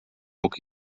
mógł